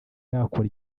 yakora